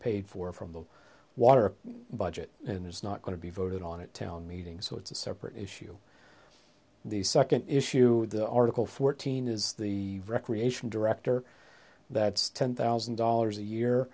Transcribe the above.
paid for from the water budget and there's not going to be voted on it town meetings so it's a separate issue the second issue the article fourteen is the recreation director that's ten thousand dollars a year